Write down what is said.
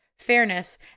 fairness